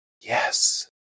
Yes